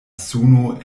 suno